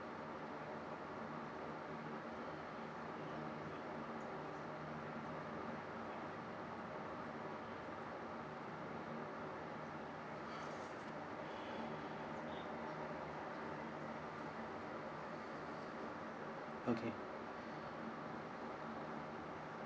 okay